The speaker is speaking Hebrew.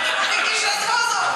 הכנסת רזבוזוב.